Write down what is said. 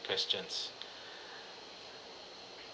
questions